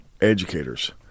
Educators